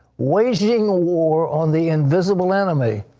raging war on the invisible enemy.